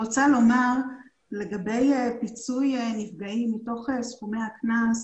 לגבי פיצוי נפגעים מתוך סכומי הקנס,